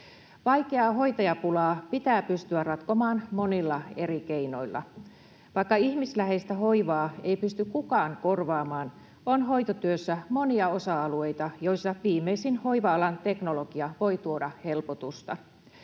Vaikeaa hoitajapulaa pitää pystyä ratkomaan monilla eri keinoilla. Vaikka ihmisläheistä hoivaa ei pysty kukaan korvaamaan, on hoitotyössä monia osa-alueita, joihin viimeisin hoiva-alan teknologia voi tuoda helpotusta.